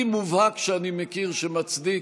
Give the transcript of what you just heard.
(תיקון),